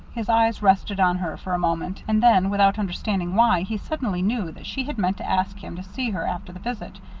his eyes rested on her for a moment, and then, without understanding why, he suddenly knew that she had meant to ask him to see her after the visit,